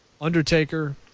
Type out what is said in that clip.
Undertaker